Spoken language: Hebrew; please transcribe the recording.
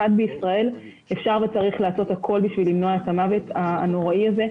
בישראל אפשר וצריך לעשות הכול בשביל למנוע את המוות הנוראי הזה.